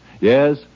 Yes